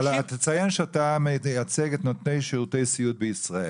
אבל תציין שאתה מייצג את נותני שירותי סיעוד בישראל